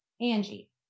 Angie